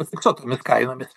užfiksuotomis kainomis